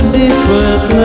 different